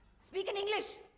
speak in english.